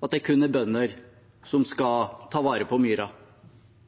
at det kun er bønder som